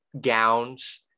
gowns